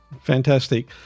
Fantastic